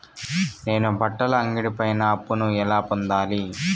నేను బట్టల అంగడి పైన అప్పును ఎలా పొందాలి?